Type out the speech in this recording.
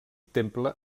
temple